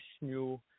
new